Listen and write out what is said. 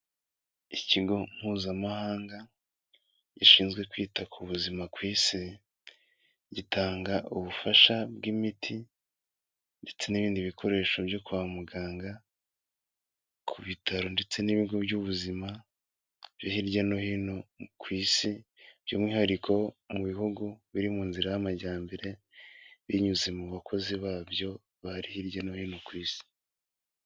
Ikigo Mpuzamahanga gishinzwe kwita ku buzima ku isi, gitanga ubufasha bw'imiti ndetse n'ibindi bikoresho byo kwa muganga ku bitaro, ndetse n'ibigo by'ubuzima byo hirya no hino ku isi, by'umwihariko mu bihugu biri mu nzira y'amajyambere, binyuze mu bakozi babyo bari hirya no hino ku isi.